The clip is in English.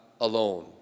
alone